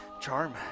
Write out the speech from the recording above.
Charm